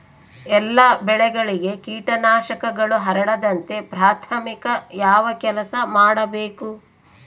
ಎಲ್ಲ ಬೆಳೆಗಳಿಗೆ ಕೇಟನಾಶಕಗಳು ಹರಡದಂತೆ ಪ್ರಾಥಮಿಕ ಯಾವ ಕೆಲಸ ಮಾಡಬೇಕು?